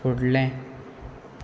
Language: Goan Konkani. फुडलें